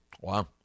Wow